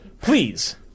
Please